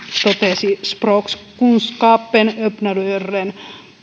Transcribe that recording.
totesi språkkunskaper öppnar dörrar